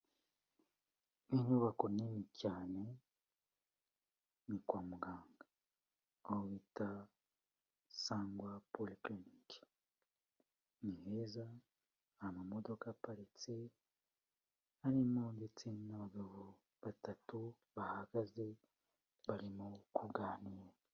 Inyubako nini cyane. Ni kwa muganga aho bita; sangwa pori kirinike. Ni heza, hari amamodoka aparitse, harimo ndetse n'abagabo batatu bahagaze barimo kuganira.